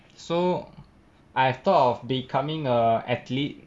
so I have thought of becoming a athlete